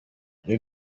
iyo